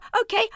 okay